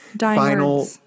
final